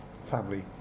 family